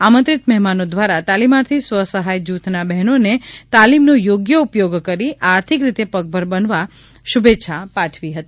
આમંત્રિત મહેમાનો દ્વારા તાલીમાર્થી સ્વસહાય જૂથના બહેનોને તાલીમનો યોગ્ય ઉપયોગ કરી આર્થિક રીતે પગભર બનવા શુભેચ્છાઓ પાઠવવામાં આવી હતી